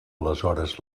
aleshores